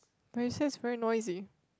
recess very noisy